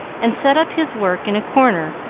and set up his work in a corner,